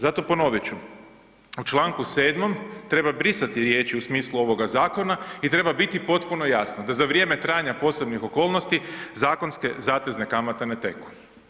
Zato ponovit ću, u čl. 7.treba brisati riječi u smislu ovoga zakona i treba biti potpuno jasno da za vrijeme trajanja posebnih okolnosti zakonske zatezne kamate ne teku.